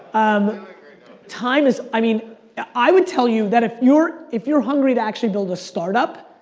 um time is, i mean i would tell you that if you're if you're hungry to actually build a start up,